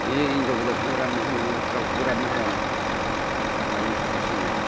ए हिनजाव गोदानखोनो राननो होयोमोन रावखौबो राननो होआमोन आग्लानि हाथासुनिया